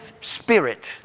spirit